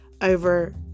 over